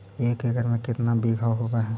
एक एकड़ में केतना बिघा होब हइ?